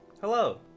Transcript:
Hello